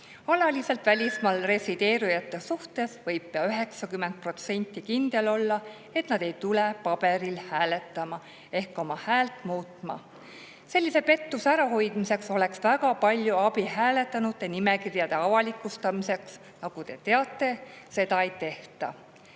Alaliselt välismaal resideerijate suhtes võib ka 90% kindel olla, et nad ei tule paberil hääletama ehk oma häält muutma. Sellise pettuse ärahoidmiseks oleks väga palju abi hääletanute nimekirjade avalikustamisest. Nagu te teate, seda ei tehta.